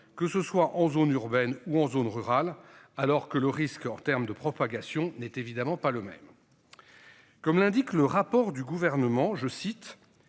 que ce soit en zone urbaine ou en zone rurale alors que le risque en termes de propagation n'est évidemment pas le même. Comme l'indique le rapport du gouvernement je cite